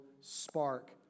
spark